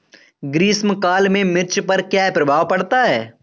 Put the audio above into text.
ग्रीष्म काल में मिर्च पर क्या प्रभाव पड़ता है?